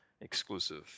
exclusive